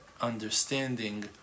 understanding